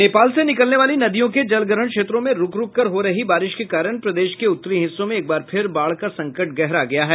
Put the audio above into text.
नेपाल से निकलने वाली नदियों के जलग्रहण क्षेत्रों में रूक रूक कर हो रही बारिश के कारण प्रदेश के उत्तरी हिस्सों में एक बार फिर बाढ़ का संकट गहरा गया है